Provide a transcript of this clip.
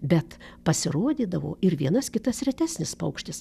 bet pasirodydavo ir vienas kitas retesnis paukštis